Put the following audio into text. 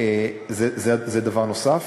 זה דבר נוסף.